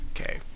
Okay